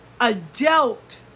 adult